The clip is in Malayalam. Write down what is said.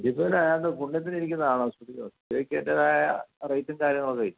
ഇത് പിന്നെ അയാളുടെ പുണ്യത്തിന് ഇരിക്കുന്നതാണോ സ്റ്റുഡിയോയിൽ സ്റ്റുഡിയോക്ക് അതിന്റെതായ റേറ്റും കാര്യങ്ങളും ഒക്കെ ഇല്ലേ